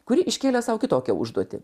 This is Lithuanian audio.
kuri iškėlė sau kitokią užduotį